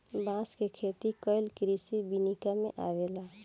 बांस के खेती कइल कृषि विनिका में अवेला